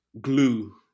glue